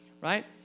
right